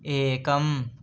एकम्